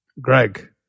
Greg